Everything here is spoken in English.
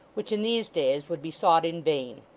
which in these days would be sought in vain.